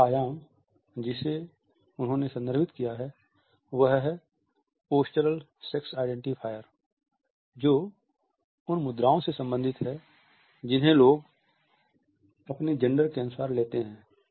पहला आयाम जिसे उन्होंने संदर्भित किया है वह है पोस्चरल सेक्स आइडेंटिफ़ायर जो उन मुद्राओं से संबंधित है जिन्हें लोग अपने जेंडर के अनुसार लेते हैं